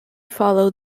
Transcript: followed